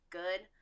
good